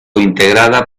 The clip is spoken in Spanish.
integrada